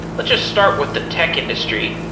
let's just start with the tech industry.